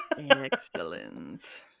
excellent